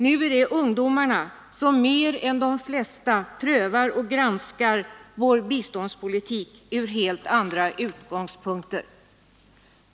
Nu är det ungdomarna som mer än de flesta prövar och granskar vår biståndspolitik från helt andra utgångspunkter.